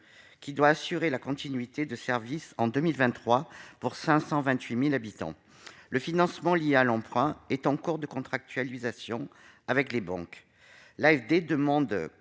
doit assurer la continuité du service en 2023 pour 528 000 habitants. Le financement lié à l'emprunt est en cours de contractualisation avec les banques. L'Agence